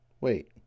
Wait